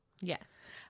Yes